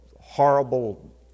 horrible